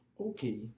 Okay